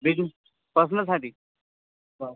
बिझने पर्सनलसाठी बरं